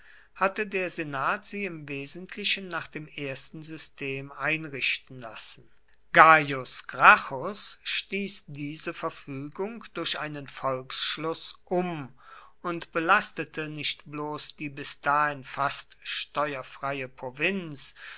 hatte der senat sie im wesentlichen nach dem ersten system einrichten lassen gaius gracchus stieß diese verfügung durch einen volksschluß um und belastete nicht bloß die bis dahin fast steuerfreie provinz